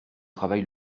travail